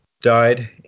died